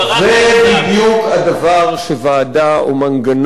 זה בדיוק הדבר שוועדה או מנגנון,